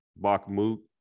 bakhmut